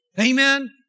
Amen